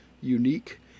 unique